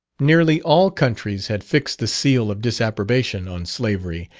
nearly all countries had fixed the seal of disapprobation on slavery,